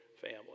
family